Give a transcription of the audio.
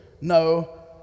no